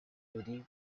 judy